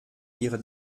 ihre